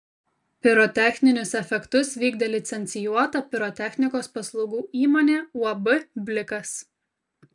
pirotechninius efektus vykdė licencijuota pirotechnikos paslaugų įmonė uab blikas